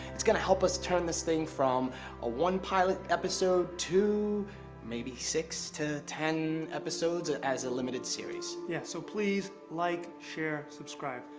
it's gonna help us turn this thing from a one pilot episode to maybe six to ten episodes as a limited series. yeah, so please like, share, subscribe.